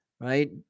right